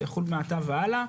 זה יחול מעתה והלאה.